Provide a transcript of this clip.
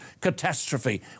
catastrophe